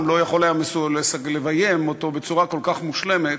לא היה יכול לביים אותו בצורה הכי מושלמת,